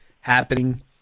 happening